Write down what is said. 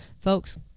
folks